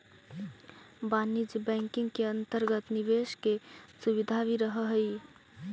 वाणिज्यिक बैंकिंग के अंतर्गत निवेश के सुविधा भी रहऽ हइ